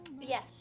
Yes